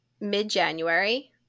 mid-January